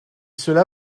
cela